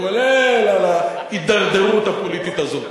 כולל על ההידרדרות הפוליטית הזאת.